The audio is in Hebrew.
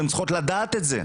הן צריכות לדעת את זה.